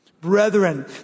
brethren